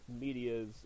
Media's